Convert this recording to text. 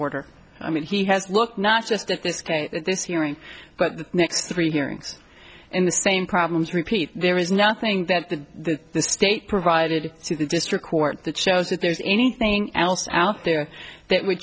order i mean he has looked not just at this case this hearing but the next three hearings in the same problems repeat there is nothing that the state provided to the district court that shows that there's anything else out there that would